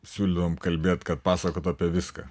siūlydavom kalbėt kad pasakot apie viską